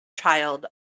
child